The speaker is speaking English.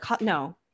no